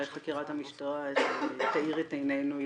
אולי חקירת המשטרה תאיר את עינינו יותר.